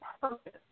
purpose